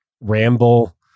ramble